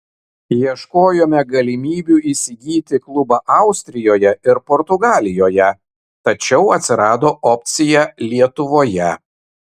ieškojome galimybių įsigyti klubą austrijoje ir portugalijoje tačiau atsirado opcija lietuvoje